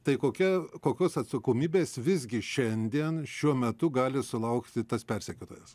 tai kokia kokios atsakomybės visgi šiandien šiuo metu gali sulaukti tas persekiotojas